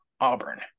Auburn